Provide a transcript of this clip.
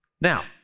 Now